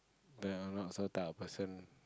the I am not those type of person